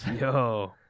Yo